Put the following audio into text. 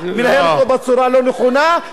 מנהלת אותו בצורה לא נכונה,